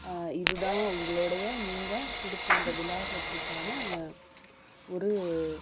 இது தான் உங்களுடைய நீங்கள் கொடுத்த அந்த விலாசத்துக்கான ஒரு